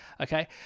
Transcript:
Okay